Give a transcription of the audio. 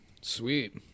Sweet